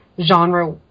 genre